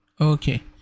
okay